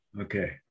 Okay